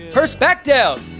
Perspective